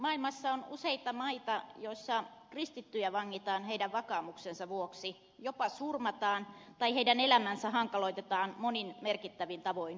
maailmassa on useita maita joissa kristittyjä vangitaan heidän vakaumuksensa vuoksi jopa surmataan tai elämää hankaloitetaan monin merkittävin tavoin